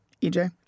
EJ